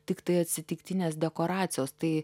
tiktai atsitiktinės dekoracijos tai